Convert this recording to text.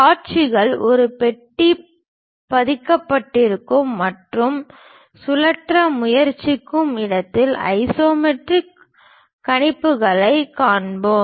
காட்சிகள் ஒரு பெட்டியில் பதிக்கப்பட்டிருக்கும் மற்றும் சுழற்ற முயற்சிக்கும் இடத்தில் ஐசோமெட்ரிக் கணிப்புகளைக் காண்போம்